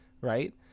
Right